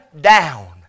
down